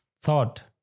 thought